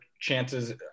chances